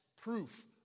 proof